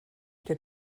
der